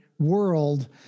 World